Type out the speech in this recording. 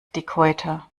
dickhäuter